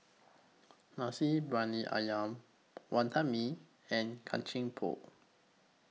Nasi Briyani Ayam Wantan Mee and Kacang Pool